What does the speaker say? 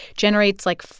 generates, like.